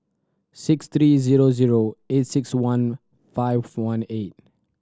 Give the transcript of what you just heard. six three zero zero eight six one five four one eight